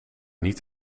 niet